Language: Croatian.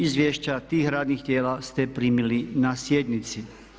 Izvješća tih radnih tijela ste primili na sjednici.